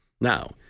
Now